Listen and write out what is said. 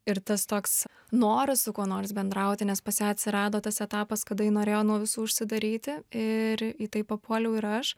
ir tas toks noras su kuo nors bendrauti nes pas ją atsirado tas etapas kada ji norėjo nuo visų užsidaryti ir į tai papuoliau ir aš